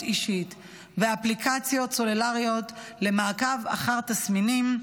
אישית ואפליקציות סלולריות למעקב אחר תסמינים,